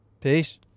Peace